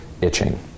itching